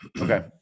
Okay